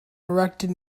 erected